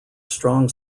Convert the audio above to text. strong